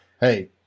hey